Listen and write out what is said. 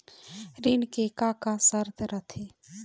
ऋण के का का शर्त रथे?